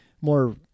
more